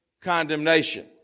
condemnation